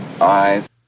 eyes